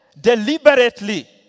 deliberately